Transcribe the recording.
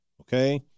okay